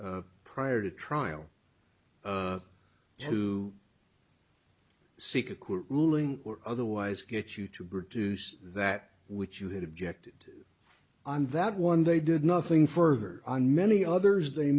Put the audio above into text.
prior to trial to seek a court ruling or otherwise get you to produce that which you had objected on that one they did nothing further and many others they